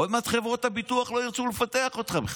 עוד מעט חברות הביטוח לא ירצו לבטח אותך בכלל.